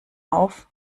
auf